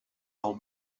old